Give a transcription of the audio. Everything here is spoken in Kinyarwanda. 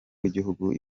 w’igihugu